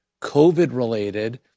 COVID-related